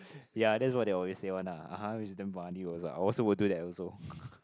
ya that's what they also say one lah (uh huh) which is damn funny also I also would do that also